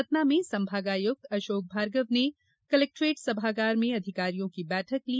सतना में संभागायुक्त अशोक भार्गव ने कलेक्ट्रेट सभागार में अधिकारियों की बैठक ली